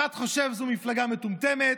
אחד חושב שזאת מפלגה מטומטמת,